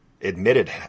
admitted